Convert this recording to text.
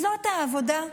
זאת העבודה?